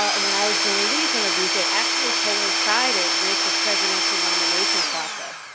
um when i was doing these interviews, it actually coincided with the presidential nomination process.